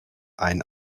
einen